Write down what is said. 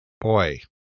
Boy